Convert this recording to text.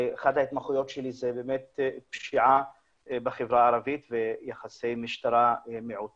אחת ההתמחויות שלי זה באמת פשיעה בחברה הערבית ויחסי משטרה-מיעוטים.